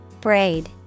Braid